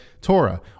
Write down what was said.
Torah